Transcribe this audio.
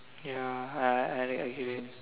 ya I I I get it